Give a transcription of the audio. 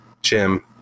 Jim